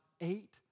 eight